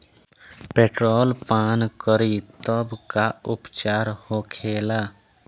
Petrol पान करी तब का उपचार होखेला?